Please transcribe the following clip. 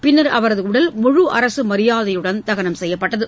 பின்னர் அவரது உடல் முழு அரசு மரியாதையுடன் தகனம் செய்யப்பட்டது